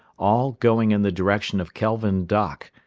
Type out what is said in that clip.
all going in the direction of kelvin dock,